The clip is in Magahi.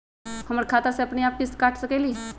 हमर खाता से अपनेआप किस्त काट सकेली?